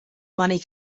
money